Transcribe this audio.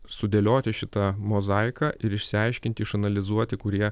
sudėlioti šitą mozaiką ir išsiaiškinti išanalizuoti kurie